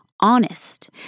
honest